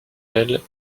elles